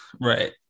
Right